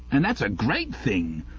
and that's a great thing.